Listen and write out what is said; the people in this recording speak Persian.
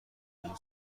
اون